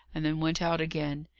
and then went out again,